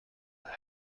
have